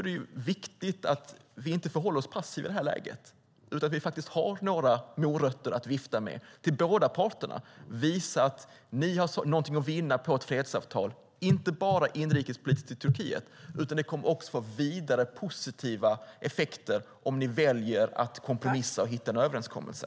Det är viktigt att vi inte förhåller oss passiva i det här läget utan att vi faktiskt har några morötter att vifta med till båda parterna. Det handlar om att visa dem: Ni har någonting att vinna på ett fredsavtal, inte bara inrikespolitiskt i Turkiet, utan det kommer också att få vidare positiva effekter om ni väljer att kompromissa och hitta en överenskommelse.